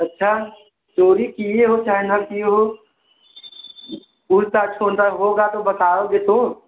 अच्छा चोरी किए हो चाहे न किए हो पूछताछ होना होगा तो बताओगे तो